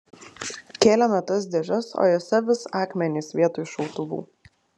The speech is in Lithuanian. kėlėme tas dėžes o jose vis akmenys vietoj šautuvų